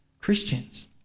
Christians